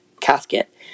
casket